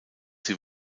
sie